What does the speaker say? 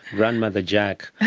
grandmother jack.